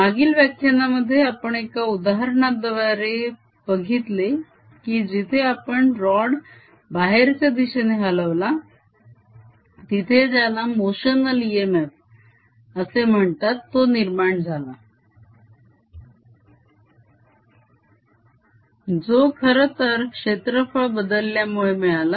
मागील व्याख्यानामध्ये आपण एका उदाहरणाद्वारे बघितले की जिथे आपण रॉड बाहेरच्या दिशेने हलवला तिथे ज्याला मोशनल इएमएफ असे म्हणतात तो निर्माण झाला जो खरंतर क्षेत्रफळ बदलल्यामुळे मिळाला